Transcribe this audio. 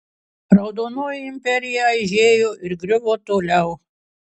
raudonoji imperija aižėjo ir griuvo toliau